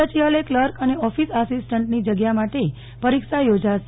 સચિવાલય કલાર્ક અને ઓફિસ આસિસ્ટંન્ટની જગ્યા માટે પરીક્ષા યોજાસે